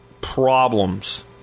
problems